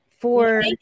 for-